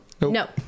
No